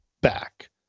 back